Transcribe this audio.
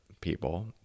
people